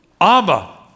Abba